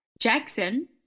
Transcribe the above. Jackson